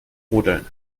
rodeln